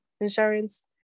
insurance